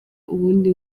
ubundi